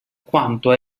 quanto